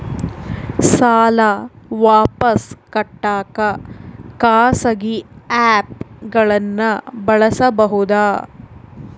ಸಾಲ ವಾಪಸ್ ಕಟ್ಟಕ ಖಾಸಗಿ ಆ್ಯಪ್ ಗಳನ್ನ ಬಳಸಬಹದಾ?